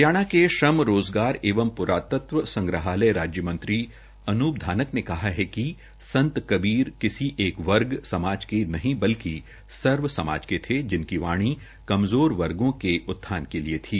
हरियाणा के श्रम रोजगार एवं प्रातत्व संग्रहालय राज्य मंत्री श्री अनूप धानक ने कहा कि संत कबीर दास किसी एक वर्ग या समाज के नहीं बल्कि सर्व समाज के थे जिनकी उनकी वाणी कमजोर वर्गो के उत्थान के लिए थी